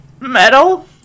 metal